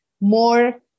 more